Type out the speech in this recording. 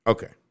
Okay